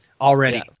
already